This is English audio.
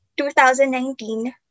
2019